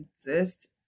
exist